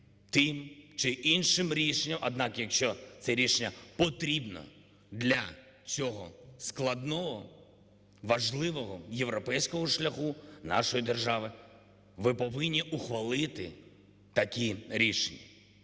тим чи іншим рішенням, однак якщо це рішення потрібно для цього складного важливого європейського шляху нашої держави, ви повинні ухвалити такі рішення.